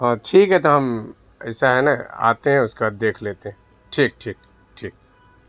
ہاں ٹھیک ہے تو ہم ایسا ہے نا آتے ہیں اس کا دیکھ لیتے ہیں ٹھیک ٹھیک ٹھیک